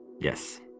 Yes